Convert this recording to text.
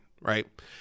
Right